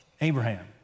Abraham